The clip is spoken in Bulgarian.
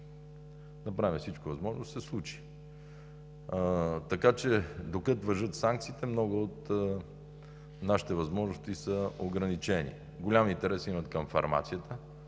направим всичко възможно да се случи. Така че, докато важат санкциите, много от нашите възможности са ограничени. Голям интерес има към фармацията.